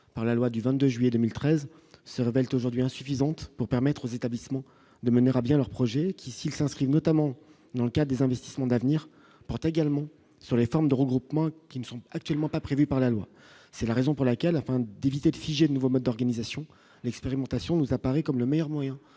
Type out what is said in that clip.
par la loi du 22 juillet 2013 se rebelle d'aujourd'hui insuffisante pour permettre aux établissements de mener à bien leur projet qui s'il s'inscrit notamment dans le cas des investissements d'avenir porte également sur les formes de regroupement, qui ne sont actuellement pas prévue par la loi, c'est la raison pour laquelle, afin d'éviter de figer le nouveau mode d'organisation, l'expérimentation nous apparaît comme le meilleur moyen